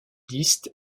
liste